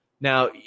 Now